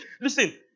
Listen